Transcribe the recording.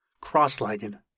cross-legged